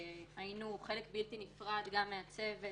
היינו חלק בלתי נפרד גם מהצוות,